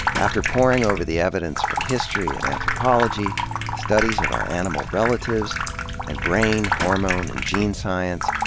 after poring over the evidence from history and anthropology studies of our animal relatives and brain, hormone, and gene science,